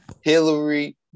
Hillary